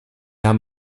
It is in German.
haben